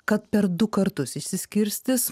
kad per du kartus išsiskirstys